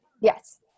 Yes